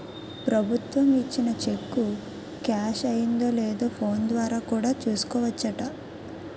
ప్రభుత్వం ఇచ్చిన cheque cash అయిందో లేదో ఫోన్ ద్వారా కూడా చూసుకోవచ్చట